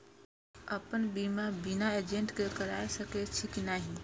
अपन बीमा बिना एजेंट के करार सकेछी कि नहिं?